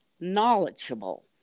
knowledgeable